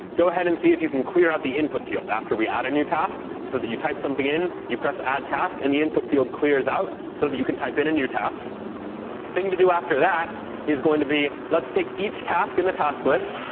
go ahead and see if you can clear out the input field after we add a new task. so you type something in, you press add task, and the input field clears out so that you can type in a new task. the thing to do after that is going to be, let's take each task in the task list.